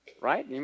right